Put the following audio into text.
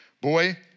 Boy